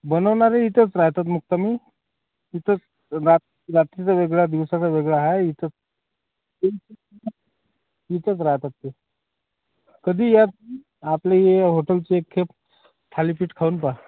बनवणारे इथंच राहतात मुक्कामी इथंच रा रात्रीचा वेगळा दिवसाचा वेगळा आहे इथं इथंच राहतात ते कधीही या आपले हे हॉटेलचे एक खेप थालीपीठ खाऊन पहा